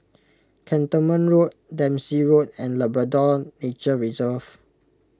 Cantonment Road Dempsey Road and Labrador Nature Reserve